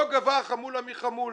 לא גבתה חמולה מחמולה.